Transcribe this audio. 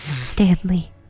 Stanley